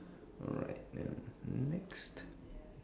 alright man next